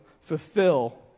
fulfill